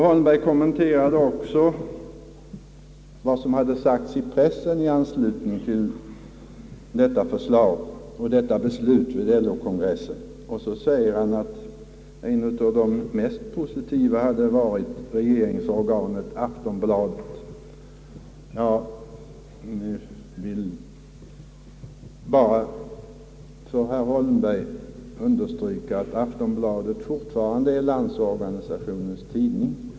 Herr Holmberg kommenterade också vad som hade sagts i pressen i anslutning till detta beslut vid LO-kongressen. Han påstod att en av de mest positiva till beslutet hade varit »regeringsorganet» Aftonbladet. Jag vill bara för herr Holmberg understryka att Aftonbladet fortfarande är Landsorganisationens tidning.